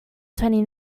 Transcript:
twenty